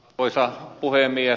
arvoisa puhemies